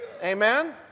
Amen